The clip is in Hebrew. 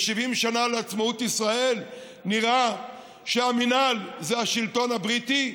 ב-70 שנה לעצמאות ישראל נראה שהמינהל זה השלטון הבריטי,